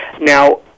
Now